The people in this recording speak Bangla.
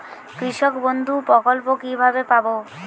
কৃষকবন্ধু প্রকল্প কিভাবে পাব?